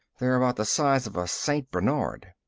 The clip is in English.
they're about the size of a st. bernard.